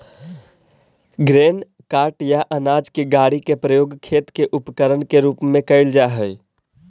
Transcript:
grain cart या अनाज के गाड़ी के प्रयोग खेत के उपकरण के रूप में कईल जा हई